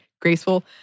graceful